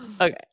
okay